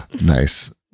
Nice